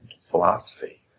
philosophy